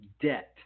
debt